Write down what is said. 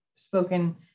spoken